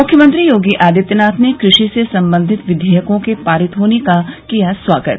मुख्यमंत्री योगी आदित्यनाथ ने कृषि संबंधित विधेयकों के पारित होने का किया स्वागत